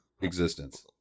existence